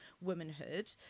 womanhood